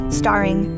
starring